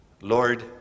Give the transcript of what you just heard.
Lord